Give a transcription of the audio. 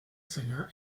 singer